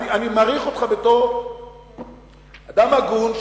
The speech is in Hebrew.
אני מעריך אותך בתור אדם הגון,